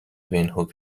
ویندهوک